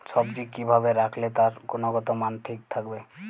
সবজি কি ভাবে রাখলে তার গুনগতমান ঠিক থাকবে?